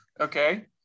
okay